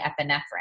epinephrine